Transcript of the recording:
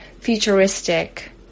futuristic